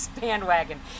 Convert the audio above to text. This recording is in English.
bandwagon